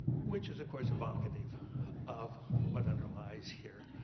which is of course evocative of what underlies here,